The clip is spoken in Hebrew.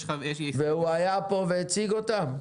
הוא היה פה והציג אותן?